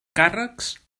càrrecs